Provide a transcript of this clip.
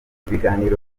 ibiganiro